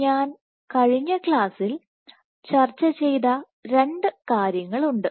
ഞാൻ കഴിഞ്ഞ ക്ലാസ്സിൽ ചർച്ച ചെയ്ത രണ്ട് കാര്യങ്ങളുണ്ട്